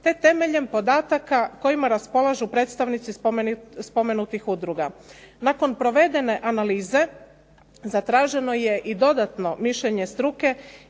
te temeljem podatak kojima raspolažu predstavnici spomenutih udruga. Nakon provedene analize zatraženo je i dodatno mišljenje struke